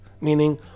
meaning